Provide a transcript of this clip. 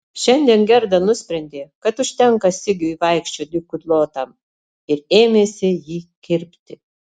šiandien gerda nusprendė kad užtenka sigiui vaikščioti kudlotam ir ėmėsi jį kirpti